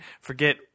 Forget